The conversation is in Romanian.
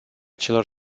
celor